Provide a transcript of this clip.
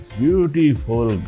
beautiful